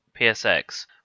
PSX